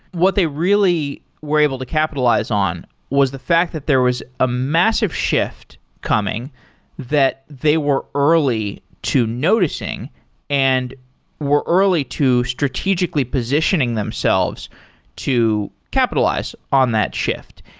what they really were able to capitalize on was the fact that there was a massive shift coming that they were early to noticing and were early to strategically positioning themselves to capitalize on that shift.